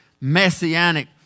messianic